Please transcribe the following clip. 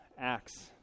ACTS